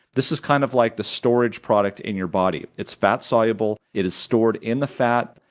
this is kind of like the storage product in your body. it's fat soluble, it is stored in the fat,